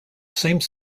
same